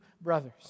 brothers